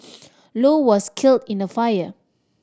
low was killed in the fire